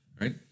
right